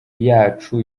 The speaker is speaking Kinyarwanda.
yacu